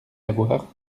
lavoir